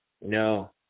No